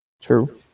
True